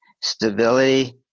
stability